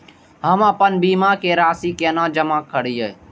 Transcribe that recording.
हम आपन बीमा के राशि केना जमा करिए?